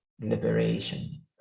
liberation